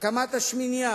הקמת השמינייה,